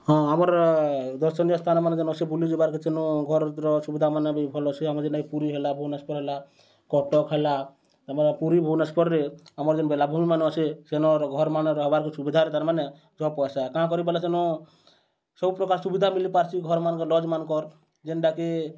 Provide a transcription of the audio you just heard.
ହଁ ଆମର୍ ଦର୍ଶନୀୟ ସ୍ଥାନ ମାନେ ଯେନ୍ ଅଛେ ବୁଲି ଯିବାରକେ ସେନୁ ଘର୍ର ସୁବିଧାମାନେ ବି ଭଲ୍ ଅଛେ ଆମର୍ ଯେନ୍ଟାକି ପୁରୀ ହେଲା ଭୁବନେଶ୍ୱର୍ ହେଲା କଟକ ହେଲା ଆମର୍ ପୁରୀ ଭୁବନେଶ୍ୱର୍ରେ ଆମର୍ ଯେନ୍ ବେଲାଭୂମୀମାନେ ଅଛେ ସେନ ଘର୍ମାନଏ ରହେବାର୍ ସୁବିଧାରେ ତାର୍ମାନେ ଜହ ପଏସା କାଁ କରି ବେଲେ ସେନୁ ସବୁପ୍ରକାର୍ ସୁବିଧା ମିଲିପାର୍ସି ଘର୍ମାନକ ଲଜ୍ମାନ୍କର୍ ଯେନ୍ଟାକି